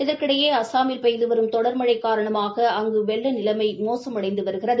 இதற்கிடையே அஸ்ஸாமில் பெய்து வரும் தொடர் மழை காரணமாக அங்கு வெள்ள நிலைமை மோசமடைந்து வருகிறது